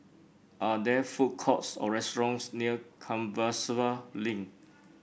are there food courts or restaurants near Compassvale Link